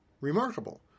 remarkable